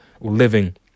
living